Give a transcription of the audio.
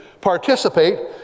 participate